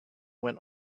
went